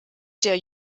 der